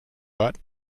but